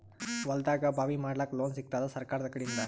ಹೊಲದಾಗಬಾವಿ ಮಾಡಲಾಕ ಲೋನ್ ಸಿಗತ್ತಾದ ಸರ್ಕಾರಕಡಿಂದ?